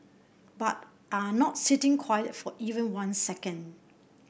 but are not sitting quiet for even one second